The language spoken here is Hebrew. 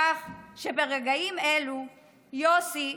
כך שברגעים אלו יוסי,